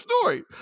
story